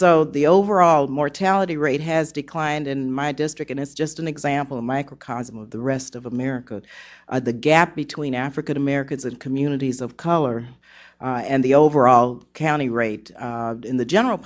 so the overall mortality rate has declined in my district and it's just an example a microcosm of the rest of america the gap between african americans and communities of color and the overall county rate in the general